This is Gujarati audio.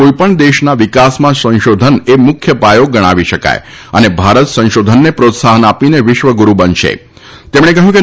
કોઈપણ દેશના વિકાસમાં સંશોધન એ મુખ્ય પાયો ગણાવી શકાય અને ભારત સંશોધનને પ્રોત્સાહન આપીને વિશ્વ ગુરુ બનશેતેમણે કહ્યું કે